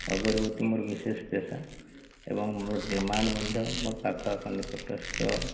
ଅଗରବତୀ ମୋର ବିଶେଷ ପେଶା ଏବଂ ମୋର ଡିମାଣ୍ଡ ମଧ୍ୟ ମୋ ପାଖ ଆଖ ନିକଟସ୍ଥ